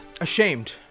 ashamed